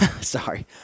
Sorry